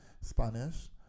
Spanish